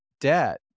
debt